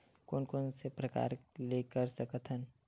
कोन कोन से प्रकार ले कर सकत हन?